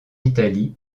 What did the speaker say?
italie